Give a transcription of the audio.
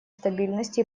стабильности